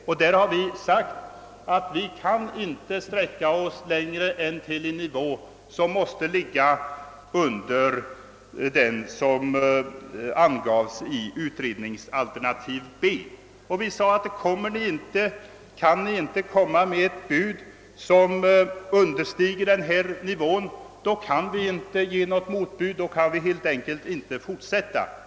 Och vi har sagt att vi inte kan sträcka oss längre än till en nivå som ligger under den i utredningens alternativ B angivna. Vi sade att om ni inte kan lägga ett bud som understiger den nivån, så kommer vi inte att ge något motbud; då kan vi inte fortsätta förhandlingarna.